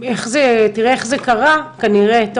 תראה איך זה קרה טוב,